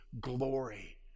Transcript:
glory